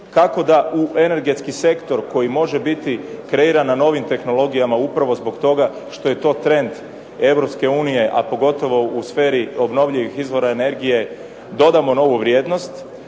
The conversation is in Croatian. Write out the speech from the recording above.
kako da u energetski sektor koji može biti kreiran na novim tehnologijama upravo zbog toga što je to trend Europske unije, a pogotovo u sferi obnovljivih izvora energije dodamo novu vrijednost,